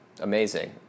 amazing